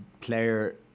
player